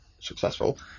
successful